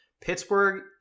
Pittsburgh